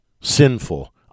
sinful